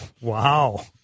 Wow